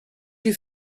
you